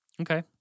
Okay